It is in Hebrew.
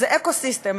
זה אקו-סיסטם,